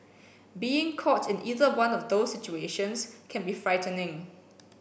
being caught in either one of these situations can be frightening